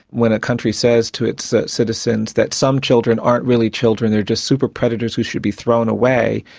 when a country says to its citizens that some children aren't really children, they're just super-predators who should be thrown away,